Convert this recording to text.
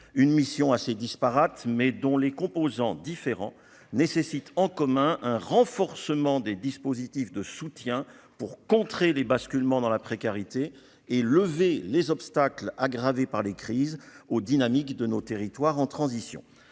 une mission assez disparates, mais dont les composants différents nécessite en commun un renforcement des dispositifs de soutien pour contrer les basculement dans la précarité et lever les obstacles, aggravé par les crises au dynamique de nos territoires en transition,